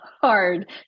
hard